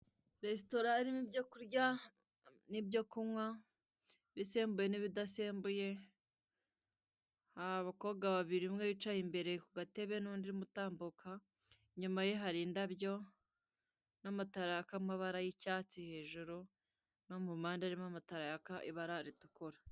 Resitora irimo ibyo kurya n'ibyo kunywa, ibisembuye n'ibidasembuye hari abakobwa babiri, umwe wicaye kugatebe, n'undi uri gutambuka, inyuma ye hari indabyo n'amatara yaka amabara y'icyatsi hejuru ,no mu mpande harimo amatara yaka ibara ritukura.